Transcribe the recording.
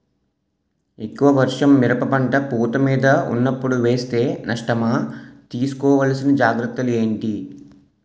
ఎక్కువ వర్షం మిరప పంట పూత మీద వున్నపుడు వేస్తే నష్టమా? తీస్కో వలసిన జాగ్రత్తలు ఏంటి?